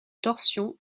torsion